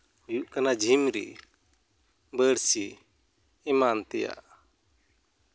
ᱦᱩᱭᱩᱜ ᱠᱟᱱᱟ ᱡᱷᱤᱢᱨᱤ ᱵᱟᱹᱲᱥᱤ ᱮᱢᱟᱱ ᱛᱮᱭᱟᱜ